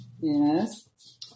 Yes